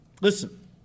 Listen